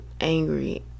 angry